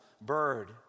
bird